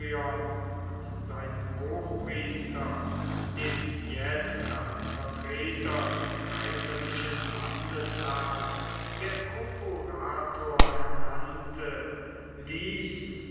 und seinem hochpriester den jetzt als vertreter des kaiserlichen landesherrn der prokurator ernannte ließ